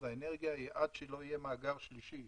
האנרגיה היא שעד שלא יהיה מאגר מסחרי שלישי